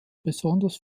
besonders